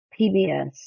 PBS